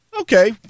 Okay